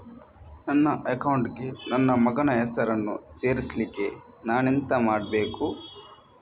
ನನ್ನ ಅಕೌಂಟ್ ಗೆ ನನ್ನ ಮಗನ ಹೆಸರನ್ನು ಸೇರಿಸ್ಲಿಕ್ಕೆ ನಾನೆಂತ ಮಾಡಬೇಕು?